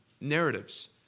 narratives